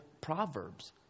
Proverbs